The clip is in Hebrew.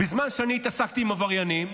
בזמן שאני התעסקתי עם עבריינים,